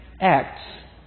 Acts